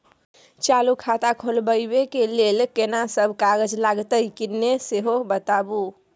चालू खाता खोलवैबे के लेल केना सब कागज लगतै किन्ने सेहो बताऊ?